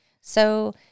So-